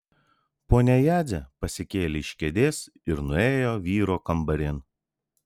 ponia jadzė pasikėlė iš kėdės ir nuėjo vyro kambarin